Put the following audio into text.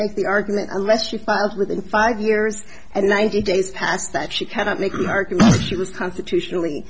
make the argument unless she filed within five years and ninety days passed that she cannot make a mark she was constitutionally